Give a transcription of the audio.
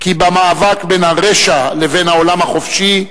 כי במאבק שבין הרשע לבין העולם החופשי,